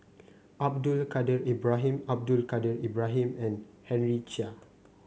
Abdul Kadir Ibrahim Abdul Kadir Ibrahim and Henry Chia